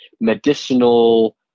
medicinal